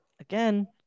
again